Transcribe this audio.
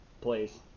place